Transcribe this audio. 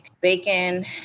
bacon